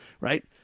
Right